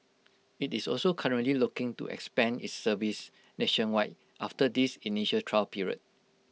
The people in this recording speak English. IT is also currently looking to expand its service nationwide after this initial trial period